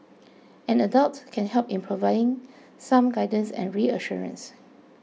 an adult can help in providing some guidance and reassurance